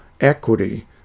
equity